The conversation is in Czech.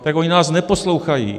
Tak oni nás neposlouchají.